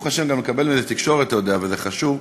ברוך השם, אתה מקבל על זה תקשורת, וזה חשוב,